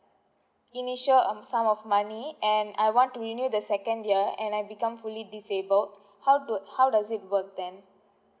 initial um sum of money and I want to renew the second year and I become fully disabled how do how does it work then